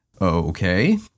Okay